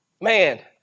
Man